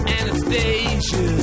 Anastasia